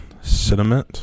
cinnamon